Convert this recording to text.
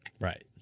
Right